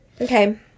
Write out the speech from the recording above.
Okay